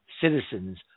citizens